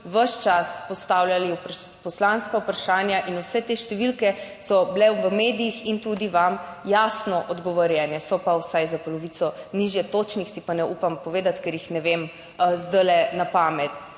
ves čas postavljali poslanska vprašanja in vse te številke so bile v medijih in tudi vam jasno odgovorjene, so pa vsaj za polovico nižje, točnih si pa ne upam povedati, ker jih ne vem zdajle na pamet.